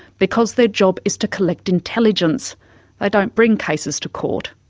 because their job is to collect intelligence they don't bring cases to court.